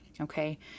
okay